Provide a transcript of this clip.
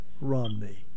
Romney